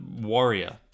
warrior